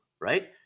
right